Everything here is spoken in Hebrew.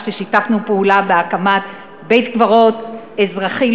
ששיתפנו פעולה בהקמת בית-קברות אזרחי,